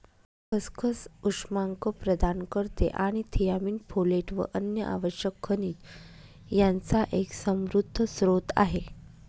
खसखस उष्मांक प्रदान करते आणि थियामीन, फोलेट व अन्य आवश्यक खनिज यांचा एक समृद्ध स्त्रोत आहे